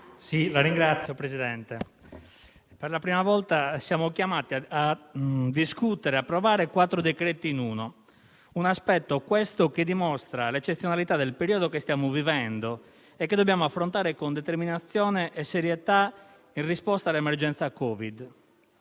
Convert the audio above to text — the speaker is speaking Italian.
Signor Presidente, per la prima volta siamo chiamati a discutere e approvare quattro decreti in uno; un aspetto, questo, che dimostra l'eccezionalità del periodo che stiamo vivendo e che dobbiamo affrontare con determinazione e serietà, in risposta all'emergenza Covid.